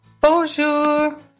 Bonjour